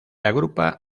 agrupa